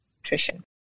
nutrition